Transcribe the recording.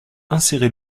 insérer